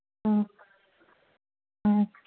ꯎꯝ ꯎꯝ